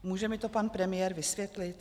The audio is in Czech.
Může mi to pan premiér vysvětlit?